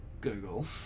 Google